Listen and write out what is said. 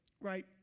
right